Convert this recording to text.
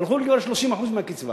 הלכו לי כבר 30% מהקצבה.